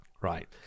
Right